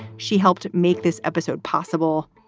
she helped make this episode possible.